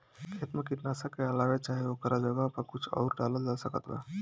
खेत मे कीटनाशक के अलावे चाहे ओकरा जगह पर कुछ आउर डालल जा सकत बा?